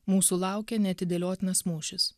mūsų laukia neatidėliotinas mūšis